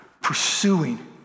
pursuing